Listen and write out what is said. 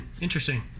Interesting